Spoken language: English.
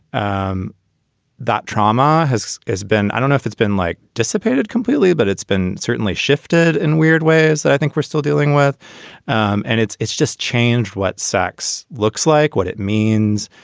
um that trauma has been i don't know if it's been like dissipated completely, but it's been certainly shifted in weird ways. i think we're still dealing with and it's it's just changed what sex looks like, what it means.